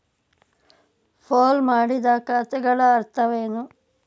Pool ಮಾಡಿದ ಖಾತೆಗಳ ಅರ್ಥವೇನು?